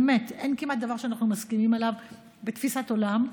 באמת אין כמעט דבר שאנחנו מסכימים עליו בתפיסת עולם,